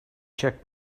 check